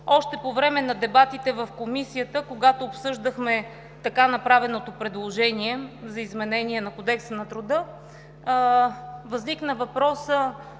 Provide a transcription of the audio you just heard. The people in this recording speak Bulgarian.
Още по време на дебатите в Комисията, когато обсъждахме направеното предложение за изменение на Кодекса на труда, възникна въпросът: